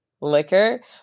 liquor